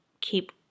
keep